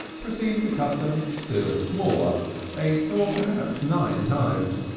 proceed to cut them still smaller eight, or perhaps nine times.